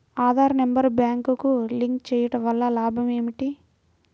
Aadhaar number బ్యాంక్నకు link చేయుటవల్ల లాభం ఏమిటి?